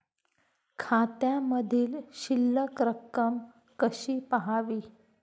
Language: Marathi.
खात्यामधील शिल्लक रक्कम कशी पहावी?